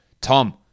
Tom